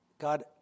God